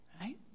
right